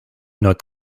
not